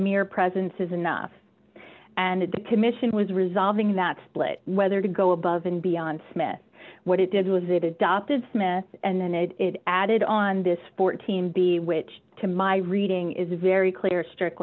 mere presence is enough and the commission was resolving that split whether to go above and beyond smith what it did was it adopted smith and then it added on this fourteen b which to my reading is a very clear strict